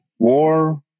war